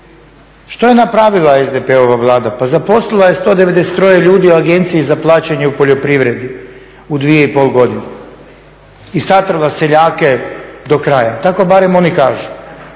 Što je napravila SDP-ova Vlada? Pa zaposlila je 193 ljudi u Agenciji za plaćanje u poljoprivredi u 2,5 godine. I satrala je seljake do kraja. Tako barem oni kažu,